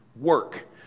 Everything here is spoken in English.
work